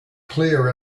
clear